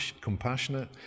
compassionate